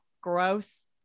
Gross